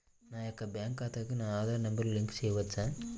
నా యొక్క బ్యాంక్ ఖాతాకి నా ఆధార్ నంబర్ లింక్ చేయవచ్చా?